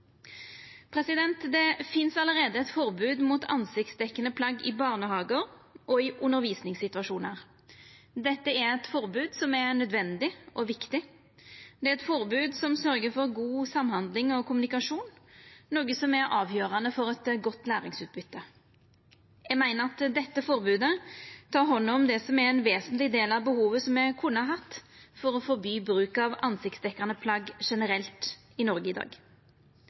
Det finst allereie eit forbod mot ansiktsdekkjande plagg i barnehagar og i undervisningssituasjonar. Dette er eit forbod som er nødvendig og viktig. Det er eit forbod som sørgjer for god samhandling og kommunikasjon, noko som er avgjerande for eit godt læringsutbyte. Eg meiner at dette forbodet tek hand om det som er ein vesentleg del av behovet som me kunne ha hatt for å forby bruk av ansiktsdekkjande plagg generelt i Noreg i dag.